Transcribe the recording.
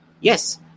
Yes